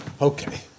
Okay